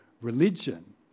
religion